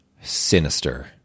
sinister